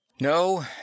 No